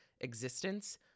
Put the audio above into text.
existence